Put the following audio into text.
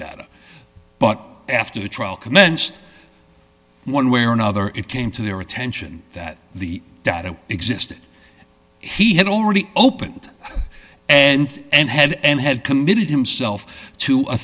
data but after the trial commenced one way or another it came to their attention that the data existed he had already opened and and had committed himself to a